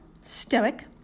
stoic